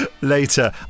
Later